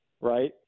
right